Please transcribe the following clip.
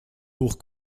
pour